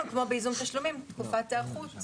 כמו בייזום תשלומים תקופת היערכות.